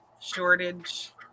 shortage